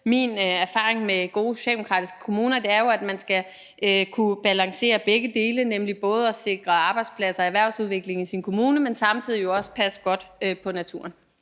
Min erfaring med gode socialdemokratiske kommuner er jo, at man skal kunne balancere begge dele, nemlig både at sikre arbejdspladser og erhvervsudvikling i sin kommune, men samtidig jo også passe godt på naturen.